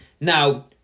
Now